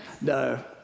No